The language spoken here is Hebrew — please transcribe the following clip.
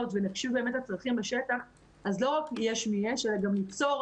ונקשיב באמת לצרכים בשטח אז לא רק יש מיש אלא גם ניצור